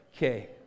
Okay